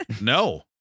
no